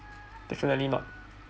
definitely not